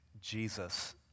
Jesus